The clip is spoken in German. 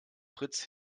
fritz